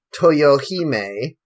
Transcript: Toyohime